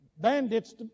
bandit's